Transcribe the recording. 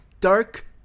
Dark